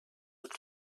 tots